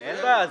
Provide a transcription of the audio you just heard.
--- אני מבקש